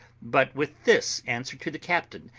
but with this answer to the captain,